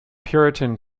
puritan